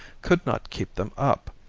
could not keep them up.